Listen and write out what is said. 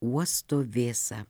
uosto vėsą